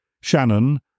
Shannon